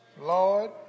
Lord